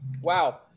wow